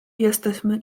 jesteśmy